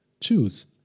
Choose